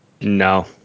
No